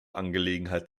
angelegenheit